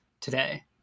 today